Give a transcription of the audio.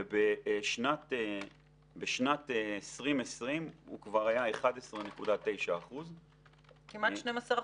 ובשנת 2020 הוא כבר היה 11.9%. כמעט 12%?